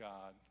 God